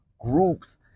groups